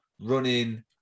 running